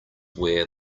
where